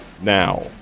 now